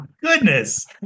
goodness